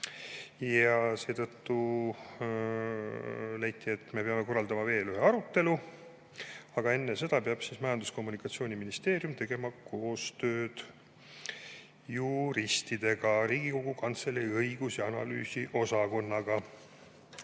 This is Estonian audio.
Seetõttu leiti, et me peame korraldama veel ühe arutelu, aga enne seda peab Majandus‑ ja Kommunikatsiooniministeerium tegema koostööd juristidega, Riigikogu Kantselei õigus‑ ja analüüsiosakonnaga.